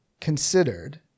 considered